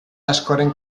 askoren